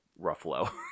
Ruffalo